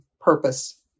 purpose